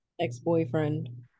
ex-boyfriend